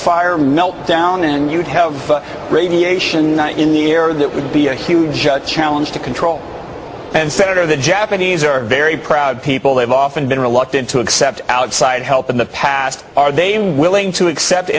fire melt down and you'd have radiation in the air that would be a huge challenge to control and senator the japanese are very proud people they've often been reluctant to accept outside help in the past are they willing to accept